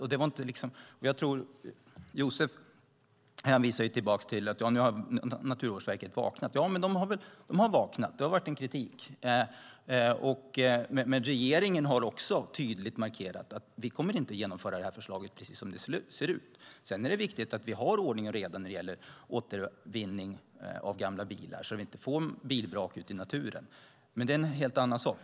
Josef Fransson hänvisar till Naturvårdsverket, som han säger har vaknat. Ja, de har vaknat. Det har varit en kritik. Men regeringen har tydligt markerat att man inte kommer att genomföra förslaget precis som det ser ut. Sedan är det viktigt att vi har ordning och reda när det gäller återvinning av gamla bilar, så att vi inte får bilvrak ute i naturen. Men det är en helt annan sak.